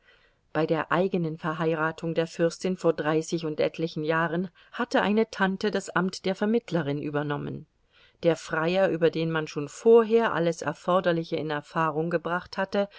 bei der eigenen verheiratung der fürstin vor dreißig und etlichen jahren hatte eine tante das amt der vermittlerin übernommen der freier über den man schon vorher alles erforderliche in erfahrung gebracht hatte